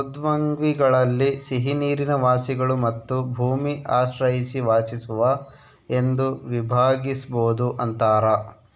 ಮೃದ್ವಂಗ್ವಿಗಳಲ್ಲಿ ಸಿಹಿನೀರಿನ ವಾಸಿಗಳು ಮತ್ತು ಭೂಮಿ ಆಶ್ರಯಿಸಿ ವಾಸಿಸುವ ಎಂದು ವಿಭಾಗಿಸ್ಬೋದು ಅಂತಾರ